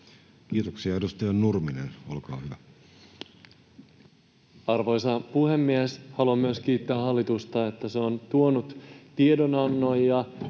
Kiitoksia. — Edustaja Nurminen, olkaa hyvä. Arvoisa puhemies! Haluan myös kiittää hallitusta, että se on tuonut tiedonannon